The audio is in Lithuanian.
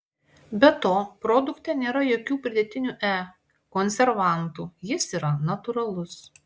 be to produkte nėra jokių pridėtinių e konservantų jis yra natūralus